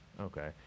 Okay